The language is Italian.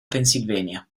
pennsylvania